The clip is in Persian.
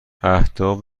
اهداف